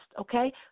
okay